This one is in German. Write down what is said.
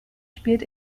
spielt